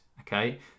okay